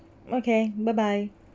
okay bye bye